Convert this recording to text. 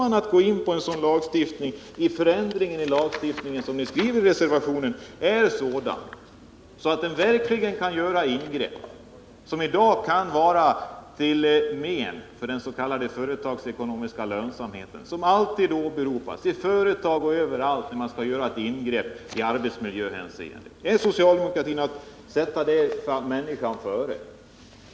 Tänker ni verka för en sådan förändring i lagstiftningen som ni skriver om i er reservation, att det blir möjligt att göra ingrepp på arbetsmiljöområdet, även om de är till men för den s.k. företagsekonomiska lönsamheten, som alltid åberopas av företag och andra intressenter i sådana sammanhang? Är socialdemokratin beredd att sätta människan före andra hänsyn?